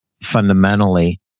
fundamentally